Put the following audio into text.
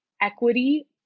equity